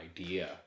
idea